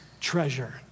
treasure